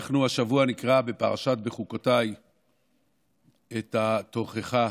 אנחנו השבוע נקרא בפרשת בחוקותיי את התוכחה.